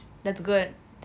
that's good